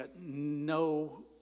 no